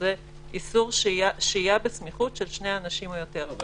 שזה איסור שהייה בסמיכות של שני אנשים או יותר.